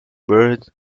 birds